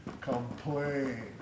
complain